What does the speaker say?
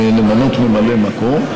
למנות ממלא מקום,